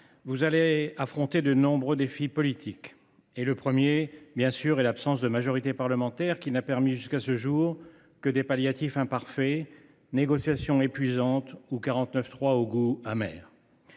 vous allez affronter de nombreux défis politiques. Le premier est l’absence de majorité parlementaire, qui n’a permis de trouver, jusqu’à ce jour, que des palliatifs imparfaits : négociations épuisantes ou 49.3 au goût amer.